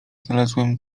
znalazłem